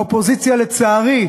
האופוזיציה, לצערי,